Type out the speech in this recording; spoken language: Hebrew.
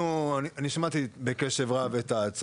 אנחנו חושבים שזה באמת פתרון מספק לדבר הזה.